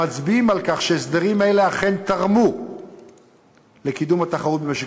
המצביעים על כך שהסדרים אלה אכן תרמו לקידום התחרות במשק